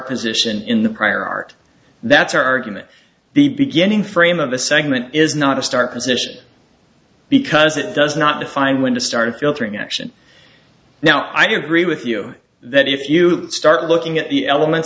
position in the prior art that's argument the beginning frame of a segment is not a start position because it does not define when to start filtering action now i do agree with you that if you start looking at the elements